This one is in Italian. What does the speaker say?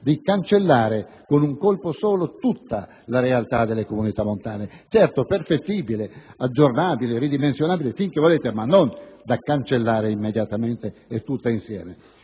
di cancellare con un colpo solo tutta la realtà delle comunità montane, certo perfettibile, aggiornabile e ridimensionabile finché si vuole, ma non da cancellare immediatamente e tutta insieme.